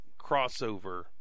crossover